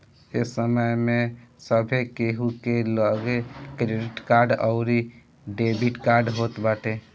ए समय में सभे केहू के लगे क्रेडिट कार्ड अउरी डेबिट कार्ड होत बाटे